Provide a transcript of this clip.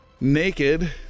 naked